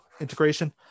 integration